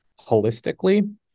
holistically